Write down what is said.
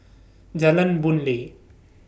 Jalan Boon Lay